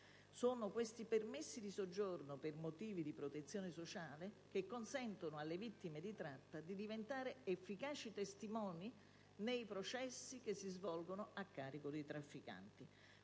Sono questi permessi di soggiorno per motivi di protezione sociale che consentono alle vittime di tratta di diventare efficaci testimoni nei processi che si svolgono a carico dei trafficanti.